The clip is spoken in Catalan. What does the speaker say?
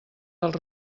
dels